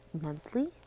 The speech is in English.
monthly